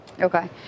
Okay